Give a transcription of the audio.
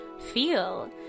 feel